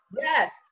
Yes